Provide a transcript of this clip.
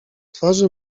twarzy